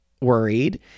worried